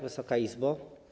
Wysoka Izbo!